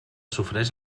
sofreix